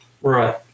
right